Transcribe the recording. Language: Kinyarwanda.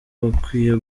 bakwiye